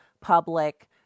public